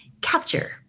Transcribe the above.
capture